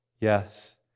yes